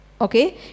Okay